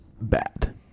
bad